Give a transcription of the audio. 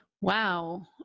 Wow